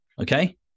okay